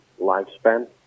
lifespan